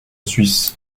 suisse